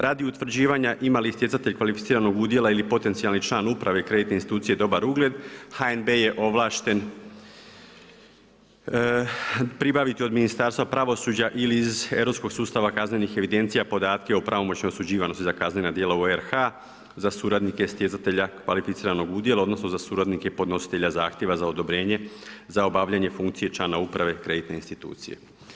Radi utvrđivanja ima li stjecatelj kvalificiranog udjela ili potencijalni član uprave kreditne institucije dobar ugled, HNB-e je ovlašten pribaviti od Ministarstva pravosuđa ili iz Europskog sustava kaznenih evidencija podatke o pravomoćno osuđivanosti za kaznena djela u RH-a za suradnike stjecatelja kvalificiranog udjela odnosno za suradnike podnositelja zahtjeva za odobrenje za obavljanje funkcije člana uprave kreditne institucije.